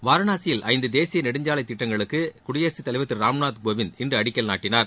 வாரணாசியில் ஐந்து தேசிய நெடுஞ்சாலை திட்டங்களுக்கு குடியரசுத் தலைவர் திரு ராம்நாத் கோவிந்த் இன்று அடிக்கல் நாட்டினார்